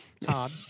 Todd